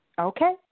Okay